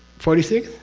forty six?